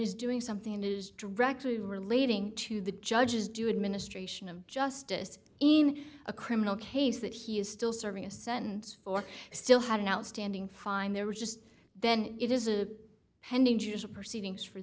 is doing something and is directly relating to the judges do administration of justice in a criminal case that he is still serving a sentence for still had an outstanding fine there were just then it is a pending judicial proceedings for